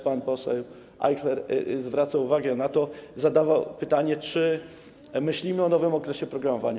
Pan poseł Ajchler zwracał uwagę na to, zadawał pytanie, czy myślimy o nowym okresie programowania.